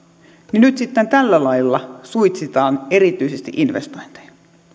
niin nyt sitten tällä lailla suitsitaan erityisesti investointeja